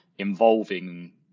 involving